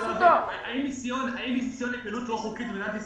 האם מיסיון היא פעילות לא חוקית במדינת ישראל?